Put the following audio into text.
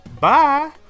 Bye